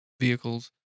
vehicles